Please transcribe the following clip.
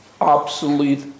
obsolete